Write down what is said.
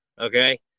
okay